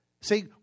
See